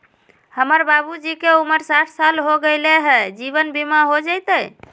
हमर बाबूजी के उमर साठ साल हो गैलई ह, जीवन बीमा हो जैतई?